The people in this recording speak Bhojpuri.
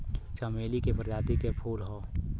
चमेली के प्रजाति क फूल हौ